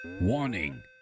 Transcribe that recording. warning